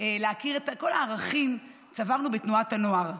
להכיר את כל הערכים שצברנו בתנועת הנוער.